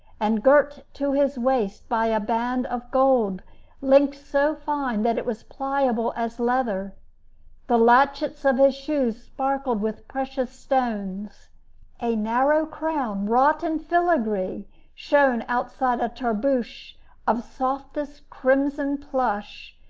and girt to his waist by a band of gold linked so fine that it was pliable as leather the latchets of his shoes sparkled with precious stones a narrow crown wrought in filigree shone outside a tarbooshe of softest crimson plush,